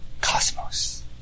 cosmos